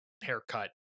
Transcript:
haircut